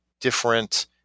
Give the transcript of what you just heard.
different